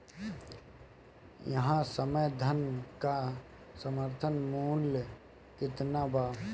एह समय धान क समर्थन मूल्य केतना बा?